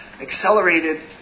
accelerated